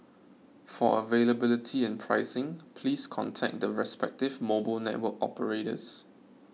for availability and pricing please contact the respective mobile network operators